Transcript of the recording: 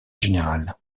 générale